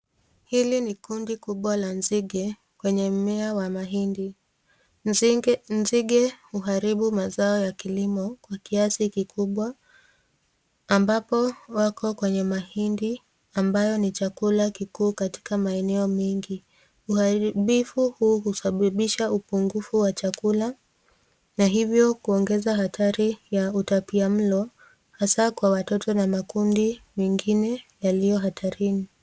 Hili ni kundi kubwa la nzige kwenye mmea wa mahindi. Nzige huharibu mazao ya kilimo kwa kiasi kikubwa ambapo wako kwenye mahindi ambaye ni chakula kikuu katika maeneo mengi. Huharibifu huu husababisha upungufu wa chakula na hivyo kuongeza hatari ya utapia mlo hasa kwa watoto na makundi mengine yaliyo hatarini.